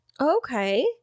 Okay